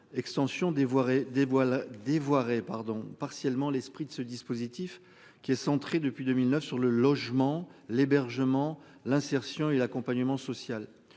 d'Ivoire et pardon partiellement l'esprit de ce dispositif qui est centrée depuis 2009 sur le logement, l'hébergement, l'insertion et l'accompagnement social.